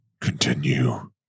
Continue